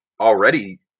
already